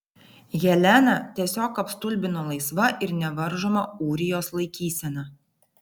heleną tiesiog apstulbino laisva ir nevaržoma ūrijos laikysena